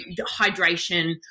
hydration